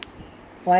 !chey!